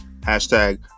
Hashtag